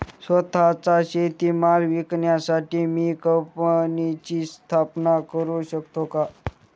स्वत:चा शेतीमाल विकण्यासाठी मी कंपनीची स्थापना करु शकतो का?